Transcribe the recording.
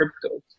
crypto